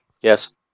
Yes